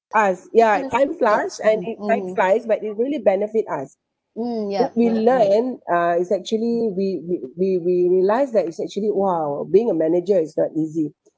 us ya time flies and it time flies but it really benefit us if you learn uh it's actually we we we we realise that it's actually !wow! being a manager is not easy